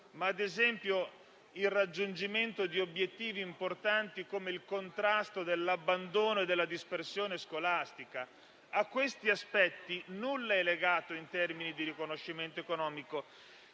anche quello del raggiungimento di obiettivi importanti come il contrasto all'abbandono e alla dispersione scolastica. A questi aspetti nulla è legato in termini di riconoscimento economico.